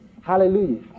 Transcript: Hallelujah